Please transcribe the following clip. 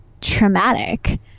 traumatic